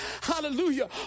hallelujah